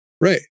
Right